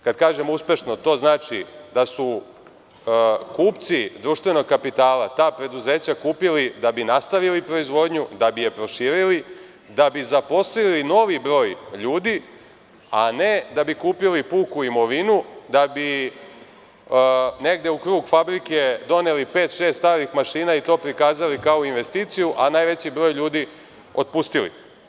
Kada kažem uspešno, to znači da su kupci društvenog kapitala ta preduzeća kupili da bi nastavili proizvodnju, da bi je proširili, da bi zaposlili novi broj ljudi, a ne da bi kupili puku imovinu, da bi negde u krug fabrike doneli pet, šest starih mašina i to prikazali kao investiciju, a najveći broj ljudi otpustili.